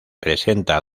presenta